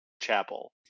Chapel